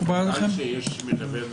מקובל שיש מלווה נוסף?